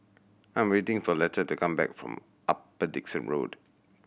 I am waiting for Leta to come back from Upper Dickson Road